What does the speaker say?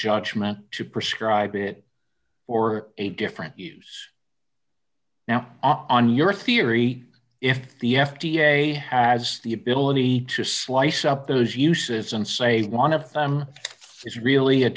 judgment to prescribe it for a different use now on your theory if the f d a has the ability to slice up those uses and say one of them is really a